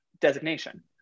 designation